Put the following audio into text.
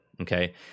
Okay